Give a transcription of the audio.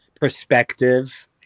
perspective